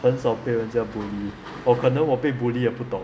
很少被人家 bully or 可能我被 bully 也不懂